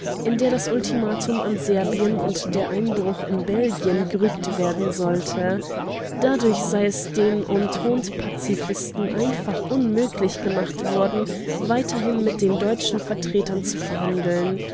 in der das ultimatum an serbien und der einbruch in belgien gerügt werden sollte dadurch sei es den entente-pazifisten einfach unmöglich gemacht worden weiterhin mit den deutschen vertretern zu verhandeln